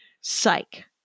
psych